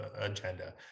agenda